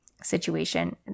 situation